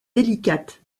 délicate